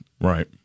Right